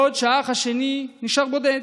בעוד שהאח השני נשאר בודד.